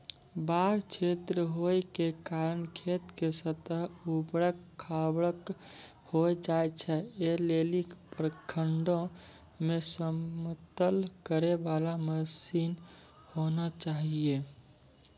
बाढ़ क्षेत्र होय के कारण खेत के सतह ऊबड़ खाबड़ होय जाए छैय, ऐ लेली प्रखंडों मे समतल करे वाला मसीन होना चाहिए?